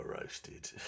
roasted